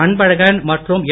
அன்பழகன் மற்றும் என்